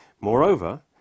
Moreover